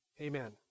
amen